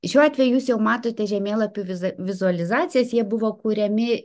šiuo atveju jūs jau matote žemėlapių viza vizualizacijas jie buvo kuriami